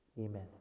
Amen